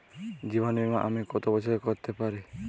জীবন বীমা আমি কতো বছরের করতে পারি?